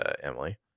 Emily